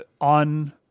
On